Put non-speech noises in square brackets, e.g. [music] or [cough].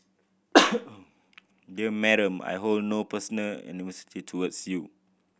[noise] dear Madam I hold no personal animosity towards you